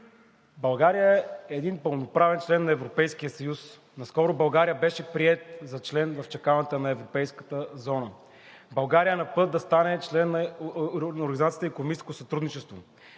България е един пълноправен член на Европейския съюз. Наскоро България беше приета в чакалнята на европейската зона. България е на път да стане член на